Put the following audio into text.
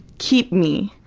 keep me